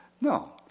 No